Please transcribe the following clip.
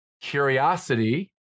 Curiosity